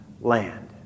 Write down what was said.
land